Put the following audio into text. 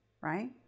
right